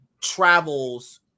travels